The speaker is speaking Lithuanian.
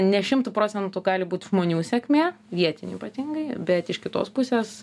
ne šimtu procentų gali būt žmonių sėkmė vietinių ypatingai bet iš kitos pusės